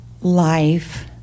life